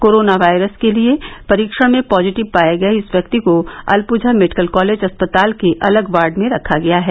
corona virus के लिए परीक्षण में पॉजिटिव पाए गए इस व्यक्ति को अल्पुझा मेडिकल कॉलेज अस्पताल के अलग वार्ड में रखा गया है